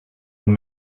were